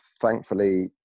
thankfully